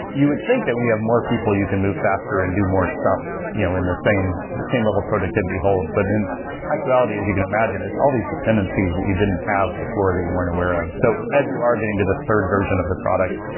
you would think that when you have more people, you can move faster and do more stuff you know and the same same level productivity holds. but in actuality as you can imagine, it's all dependencies that you didn't have before that you weren't aware of so as you are getting to this third version of the product,